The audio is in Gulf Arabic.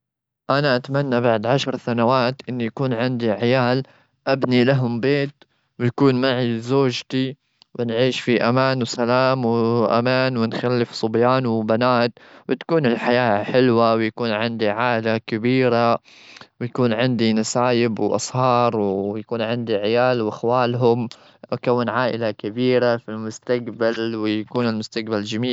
أنا أتمنى بعد عشر سنوات أني يكون عندي عيال، أبني لهم بيت، ويكون معي زوجتي، ونعيش في أمان وسلام وأمان ونخلف صبيان وبنات، وتكون الحياة حلوة، ويكون عندي عادة كبيرة، ويكون نسايب وأصهار، ويكون عندي عيال وأخوالهم. أكون عائلة كبيرة في المستقبل، ويكون المستجبل جميل.